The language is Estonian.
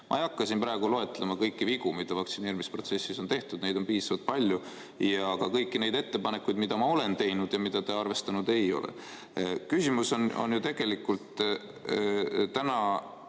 ei hakka siin praegu loetlema kõiki vigu, mida vaktsineerimisprotsessis on tehtud – neid on piisavalt palju –, ja ka kõiki ettepanekuid, mis ma olen teinud ja mida te arvestanud ei ole. Küsimus on tegelikult täna